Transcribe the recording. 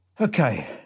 Okay